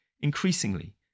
Increasingly